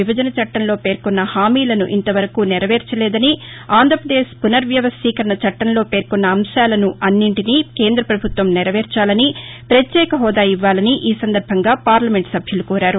విభజన చట్టంలో పేర్కొన్న హామీలను ఇంతవరకూ నెరవేర్చలేదని ఆంధ్రాపదేశ్ పునర్ వ్యవస్టీకరణ చట్టంలో పేర్కొన్న అంశాలను అన్నింటినీ కేంద ప్రభుత్వం నెరవేర్చాలని పత్యేక హోదా ఇవ్వాలని ఈ సందర్భంగా పార్లమెంటు సభ్యులు కోరారు